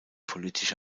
politisch